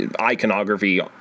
iconography